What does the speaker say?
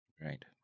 Right